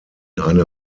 eine